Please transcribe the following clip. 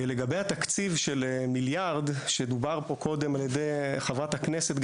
לגבי התקציב של מיליארד שדובר פה קודם על ידי חברת הכנסת,